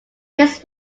his